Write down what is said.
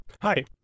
Hi